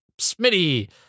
Smitty